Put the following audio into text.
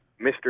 Mr